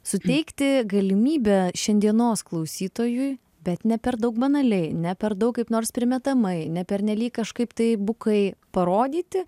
suteikti galimybę šiandienos klausytojui bet ne per daug banaliai ne per daug kaip nors primetamai ne pernelyg kažkaip tai bukai parodyti